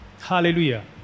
hallelujah